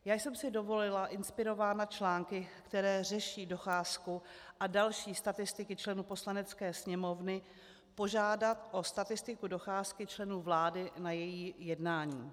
Já jsem si dovolila, inspirována články, které řeší docházku a další statistiky členů Poslanecké sněmovny, požádat o statistiku docházky členů vlády na její jednání.